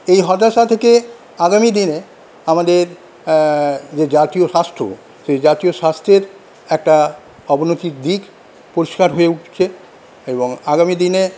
এই হতাশা থেকে আগামী দিনে আমাদের যে জাতীয় স্বাস্থ্য সেই জাতীয় স্বাস্থ্যের একটা অবনতির দিক পরিষ্কার হয়ে উঠছে এবং আগামী দিনে